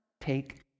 take